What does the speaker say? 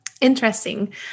Interesting